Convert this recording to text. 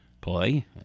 play